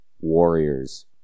Warriors